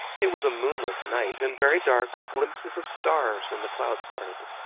it was a moonless night, and very dark, with glimpses of stars when the clouds parted.